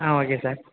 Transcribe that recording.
ah okay sir